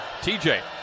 TJ